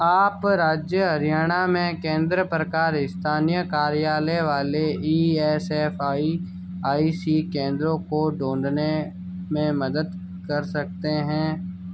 आप राज्य हरियाणा में केंद्र प्रकार स्थानीय कार्यालय वाले E S F I I C केंद्रों को ढूँढने में मदद कर सकते हैं